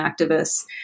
activists